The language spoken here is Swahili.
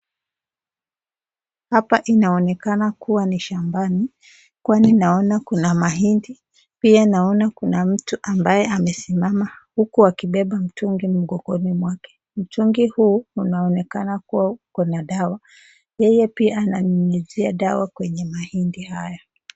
Hapa inaonekana kuwa ni shambani kwani naona kuna mahindi pia naona kuna mtu amesimama huku akibeba mtungi mgongoni mwake. Mtungi huu unaonekana kuwa uko na dawa yeye pia ananyinyizia dawa kwenye mahindi haya.